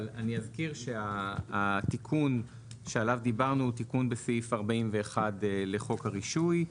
אבל אזכיר שהתיקון שעליו דיברנו הוא תיקון בסעיף 41 לחוק הרישוי,